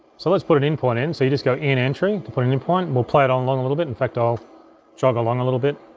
so let's put an in point in, so you just go in entry to put an in point and we'll play it on a little bit, in fact, i'll jog along a little bit.